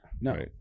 no